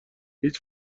هیچ